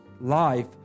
life